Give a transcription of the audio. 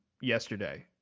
yesterday